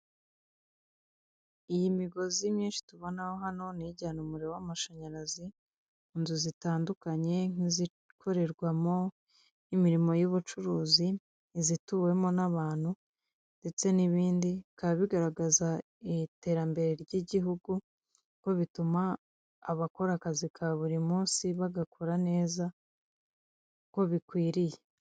Iyi migozi myinshi tubonaho hano ni ijyana umuriro w'amashanyarazi munzu zitandukanye nk'izikorerwa imirimo y'ubucuruzi izituwemo n'abantu ndetse nibindi bikaba bigaragaza iterambere ry'igihugu kuko bituma abakora akazi ka buri munsi bagakora neza uko bikwiriye.